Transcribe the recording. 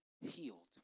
healed